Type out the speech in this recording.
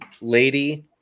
Lady